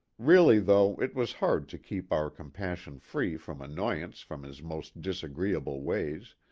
really though it was hard to keep our com passion free from annoyance from his most disagreeable ways,